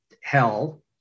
hell